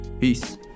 Peace